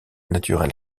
naturel